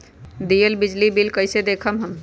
दियल बिजली बिल कइसे देखम हम?